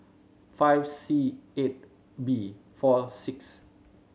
five C eight B four six